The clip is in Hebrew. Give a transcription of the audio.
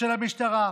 של המשטרה,